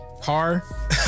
car